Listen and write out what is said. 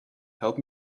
help